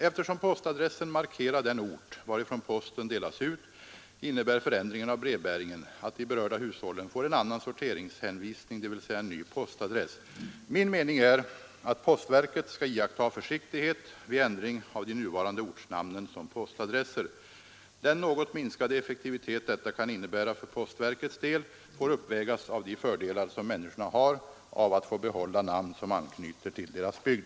Eftersom postadressen markerar den ort varifrån posten delas ut innebär förändringen av brevbäringen att de berörda hushållen får en annan sorteringshänvisning, dvs. en ny postadress. Min mening är att postverket skall iaktta försiktighet vid ändring av de nuvarande ortnamnen som postadresser. Den något minskade effektivitet detta kan innebära för postverkets del får uppvägas av de fördelar som människorna har av att få behålla namn, som anknyter till deras bygd.